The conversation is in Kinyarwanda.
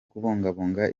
kubungabunga